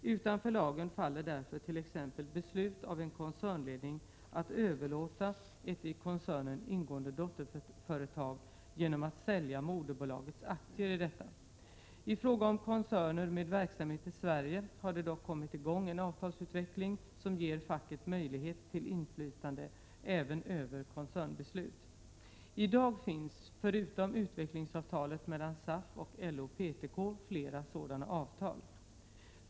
Utanför lagen faller därför t.ex. beslut av en koncernledning att överlåta ett i koncernen ingående dotterföretag genom att sälja moderbolagets aktier i detta. I fråga om koncerner med verksamhet i Sverige har det dock kommit i gång en avtalsutveckling som ger facket möjlighet till inflytande även över koncernbeslut. I dag finns, förutom utvecklingsavtalet mellan SAF och LO/PTK, flera sådana avtal.